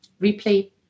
replay